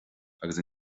agus